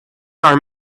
are